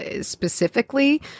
specifically